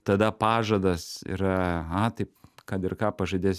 tada pažadas yra aha tai kad ir ką pažadės